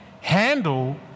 handle